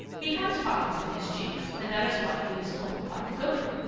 he has pockets in his cheeks, and that is why he is called pocket gopher,